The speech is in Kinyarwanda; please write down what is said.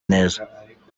neza